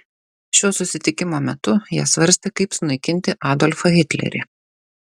šio susitikimo metu jie svarstė kaip sunaikinti adolfą hitlerį